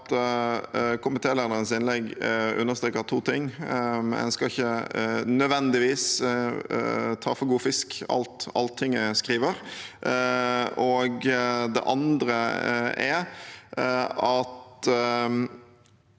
komitélederens innlegg understreker to ting. En skal ikke nødvendigvis ta for god fisk alt Altinget skriver, og det andre er at